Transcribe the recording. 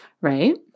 right